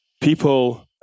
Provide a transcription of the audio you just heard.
People